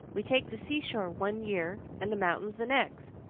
we take the seashore one year and the mountains the next.